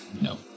No